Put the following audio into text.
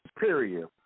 period